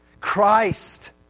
Christ